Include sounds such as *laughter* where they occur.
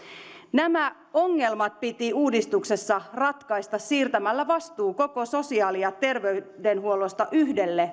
nämä ongelmat piti uudistuksessa ratkaista siirtämällä vastuu koko sosiaali ja terveydenhuollosta yhdelle *unintelligible*